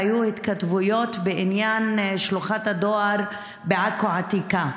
והיו התכתבויות בעניין שלוחת הדואר בעכו העתיקה,